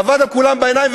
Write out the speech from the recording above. עבד על כולם בעיניים,